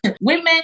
women